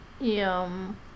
Yum